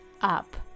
up